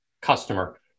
customer